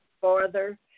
farther